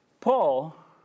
Paul